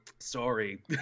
Sorry